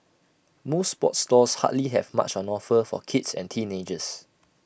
most sports stores hardly have much on offer for kids and teenagers